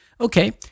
okay